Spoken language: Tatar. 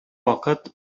вакыт